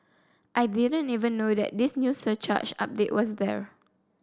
I didn't even know that this new surcharge update was there